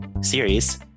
series